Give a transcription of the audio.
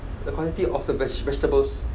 the quantity of the veg~ vegetables